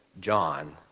John